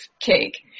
cake